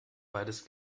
beides